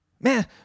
Man